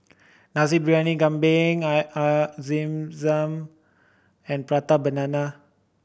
Nasi Briyani Kambing air Air Zam Zam and Prata Banana